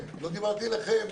לא דיברתי עליכם.